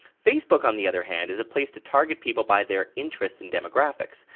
facebook on the other hand is a place to target people by their interests and demographics.